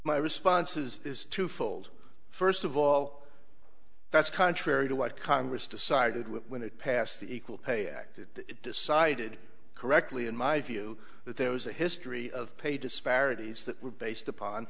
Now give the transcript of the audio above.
is twofold first of all that's contrary to what congress decided when it passed the equal pay act and it decided correctly in my view that there was a history of pay disparities that were based upon